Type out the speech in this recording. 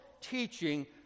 teaching